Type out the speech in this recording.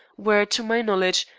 where, to my knowledge,